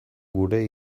gure